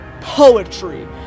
poetry